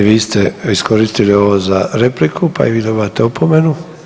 I vi ste iskoristili ovo za repliku pa i vi dobivate opomenu.